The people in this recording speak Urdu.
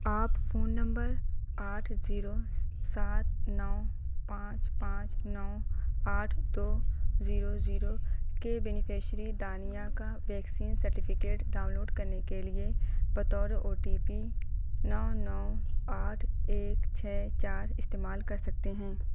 آپ فون نمبر آٹھ جیرو سات نو پانچ پانچ نو آٹھ دو زیرو زیرو کے بینیفشیری دانیہ کا ویکسین سرٹیفکیٹ ڈاؤنلوڈ کرنے کے لیے بطور او ٹی پی نو نو آٹھ ایک چھ چار استعمال کر سکتے ہیں